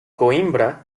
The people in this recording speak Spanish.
coímbra